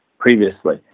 previously